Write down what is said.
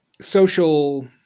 social